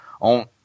on